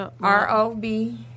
R-O-B